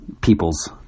People's